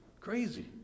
Crazy